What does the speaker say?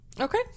Okay